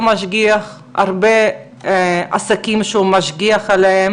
יש לאותו משגיח הרבה עסקים שהוא משגיח עליהם